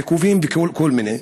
עיכובים וכל מיני?